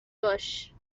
باش